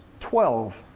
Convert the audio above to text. twelve,